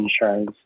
insurance